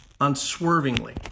Unswervingly